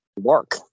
work